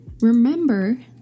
remember